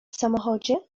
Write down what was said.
samochodzie